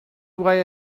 why